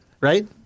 right